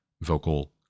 vocal